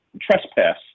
trespass